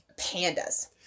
pandas